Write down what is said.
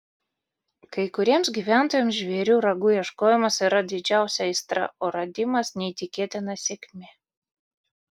kai kuriems gyventojams žvėrių ragų ieškojimas yra didžiausia aistra o radimas neįtikėtina sėkmė